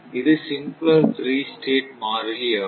இது simpler three state மாறிலி ஆகும்